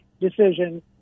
decision